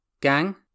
Gang